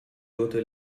gote